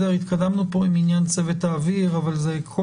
התקדמנו כאן בעניין צוות האוויר אבל כל